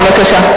בבקשה.